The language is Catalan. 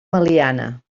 meliana